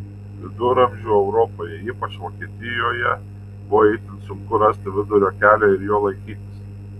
viduramžių europoje ypač vokietijoje buvo itin sunku rasti vidurio kelią ir jo laikytis